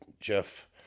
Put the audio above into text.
Jeff